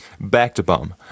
Back-to-bomb